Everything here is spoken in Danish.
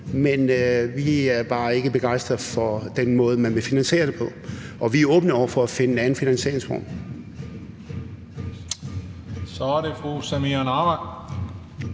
Man vi er bare ikke begejstrede for den måde, man vil finansiere det på, og vi er åbne over for at finde en anden finansieringsform.